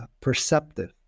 perceptive